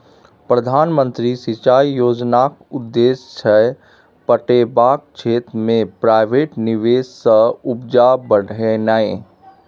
प्रधानमंत्री सिंचाई योजनाक उद्देश्य छै पटेबाक क्षेत्र मे प्राइवेट निबेश सँ उपजा बढ़ेनाइ